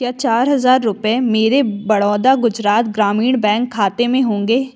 क्या चार हज़ार रुपये मेरे बड़ौदा गुजरात ग्रामीण बैंक खाते में होंगे